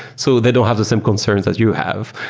so they don't have the same concerns as you have.